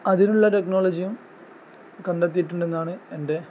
അതിനുള്ള ടെക്നോളജിയും കണ്ടെത്തിയിട്ടുണ്ട് എന്നാണ് എൻ്റെ